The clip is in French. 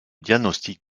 diagnostic